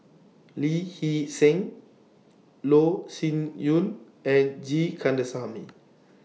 Lee Hee Seng Loh Sin Yun and G Kandasamy